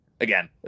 Again